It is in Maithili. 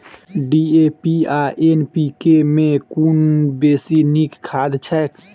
डी.ए.पी आ एन.पी.के मे कुन बेसी नीक खाद छैक?